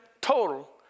total